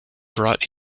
brought